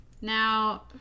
Now